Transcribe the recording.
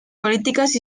políticas